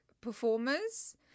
performers